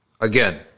Again